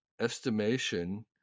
Estimation